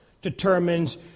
determines